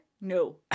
No